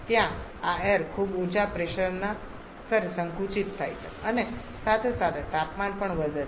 ત્યાં આ એઈર ખૂબ ઊંચા પ્રેશરના સ્તરે સંકુચિત થાય છે અને સાથે સાથે તાપમાન પણ વધે છે